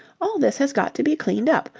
all this has got to be cleaned up.